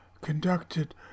conducted